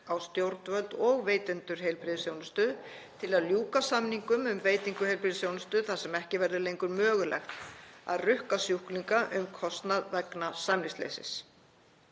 á stjórnvöld og veitendur heilbrigðisþjónustu til að ljúka samningum um veitingu heilbrigðisþjónustu þar sem ekki verður lengur mögulegt að rukka sjúklinga um kostnað vegna samningsleysis.